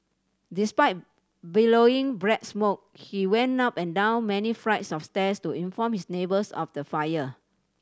despite billowing black smoke he went up and down many flights of stairs to inform his neighbours of the fire